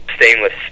stainless